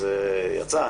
אז יצא,